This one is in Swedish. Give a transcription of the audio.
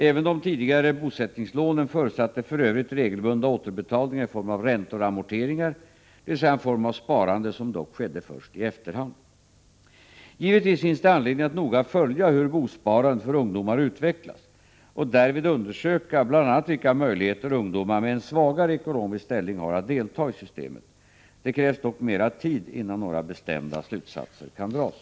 Även de tidigare bosättningslånen förutsatte för övrigt regelbundna återbetalningar i form av räntor och amorteringar, dvs. en form av sparande som dock skedde först i efterhand. Givetvis finns det anledning att noga följa hur bosparandet för ungdomar utvecklas och därvid undersöka bl.a. vilka möjligheter ungdomar med en svagare ekonomisk ställning har att delta i systemet. Det krävs dock mer tid innan några bestämda slutsatser kan dras.